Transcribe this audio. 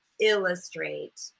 illustrate